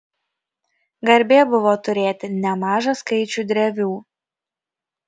garbė buvo turėti nemažą skaičių drevių